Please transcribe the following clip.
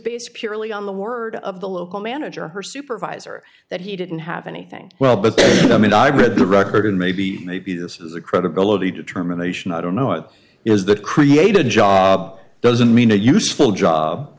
based purely on the word of the local manager or her supervisor that he didn't have anything well but i mean i read the record and maybe maybe this is a credibility determination i don't know what is the create a job doesn't mean a useful job